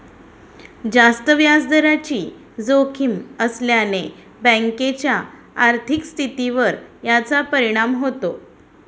जास्त व्याजदराची जोखीम असल्याने बँकेच्या आर्थिक स्थितीवर याचा परिणाम होतो